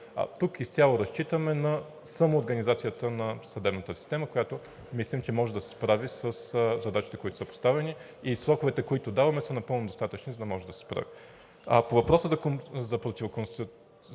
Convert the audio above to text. Тук изцяло разчитаме на самоорганизацията на съдебната система, която мислим, че може да се справи със задачите, които са поставени, и сроковете, които даваме, са напълно достатъчни, за да може да се справи. По въпроса за противоречието